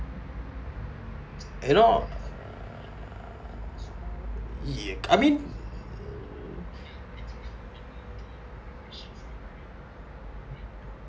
you know yeah I mean